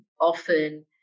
often